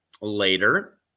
later